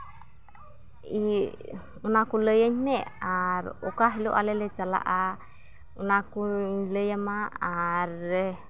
ᱤᱭᱟᱹ ᱚᱱᱟ ᱠᱚ ᱞᱟᱹᱭᱟᱹᱧᱢᱮ ᱟᱨ ᱚᱠᱟ ᱦᱤᱞᱳᱜ ᱟᱞᱮᱞᱮ ᱪᱟᱞᱟᱜᱼᱟ ᱚᱱᱟ ᱠᱚᱧ ᱞᱟᱹᱭ ᱟᱢᱟ ᱟᱨ